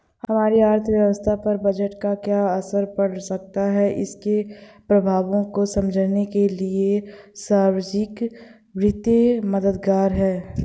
हमारी अर्थव्यवस्था पर बजट का क्या असर पड़ सकता है इसके प्रभावों को समझने के लिए सार्वजिक वित्त मददगार है